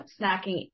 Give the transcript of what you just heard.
Snacking